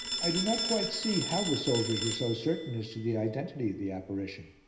i do not quite see how the soldiers were so certain as to the identity of the apparition.